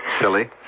Silly